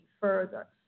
further